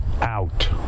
out